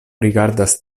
rigardas